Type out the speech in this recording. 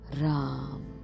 Ram